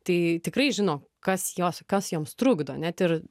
tai tikrai žino kas jos kas joms trukdo net ir